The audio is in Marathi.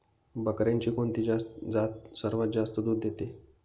बकऱ्यांची कोणती जात सर्वात जास्त दूध देते?